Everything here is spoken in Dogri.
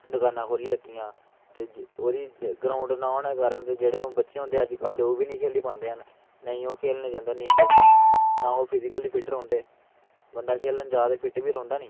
दकानां कोली लैत्ती दियां ते ओह्दी ग्राउंड़ नां होनें दे कारन बच्चे होंदे अज्ज कल दे ओह् बी नी खेली पांदे हैन नेंई ओह् खोलनें गी जंदे ना ओह् फिजिकली फिट्ट रौंह्दे बंदा खेलन जा ते फिट्ट बी रौंह्दा नी